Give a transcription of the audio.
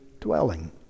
dwelling